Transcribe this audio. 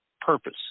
purpose